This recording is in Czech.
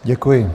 Děkuji.